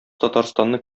татарстанны